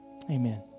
Amen